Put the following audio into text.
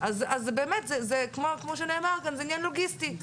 אז באמת, כמו שנאמר כאן, זה עניין לוגיסטי.